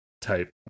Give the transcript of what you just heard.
type